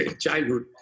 childhood